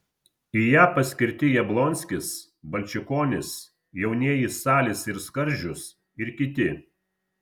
į ją paskirti jablonskis balčikonis jaunieji salys ir skardžius ir kiti